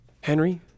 Henry